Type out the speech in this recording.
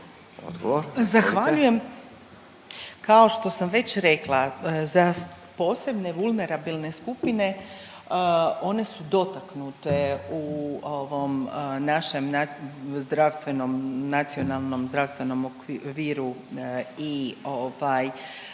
Zahvaljujem. Kao što sam već rekla za posebne vulnerabilne skupine one su dotaknute u ovom našem zdravstvenom, nacionalnom zdravstvenom okviru i ovaj